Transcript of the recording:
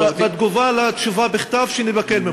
בתגובה על תשובה בכתב שנבקש ממך.